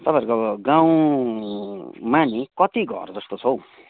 तपाईँहरूको अब गाउँमा नि कति घर जस्तो छ हो